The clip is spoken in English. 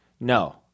No